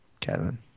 Kevin